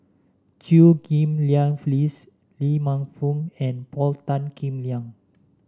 Chew Ghim Lian Phyllis Lee Man Fong and Paul Tan Kim Liang